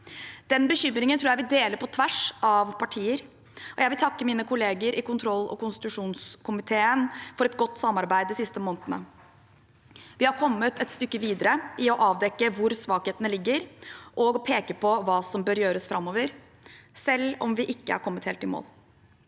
Den bekymringen tror jeg vi deler på tvers av partier. Jeg vil takke mine kolleger i kontroll- og konstitusjonskomiteen for et godt samarbeid de siste månedene. Vi har kommet et stykke videre i å avdekke hvor svakhetene ligger, og peke på hva som bør gjøres framover, selv om vi ikke er kommet helt i mål.